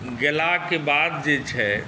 गेलाके बाद जे छै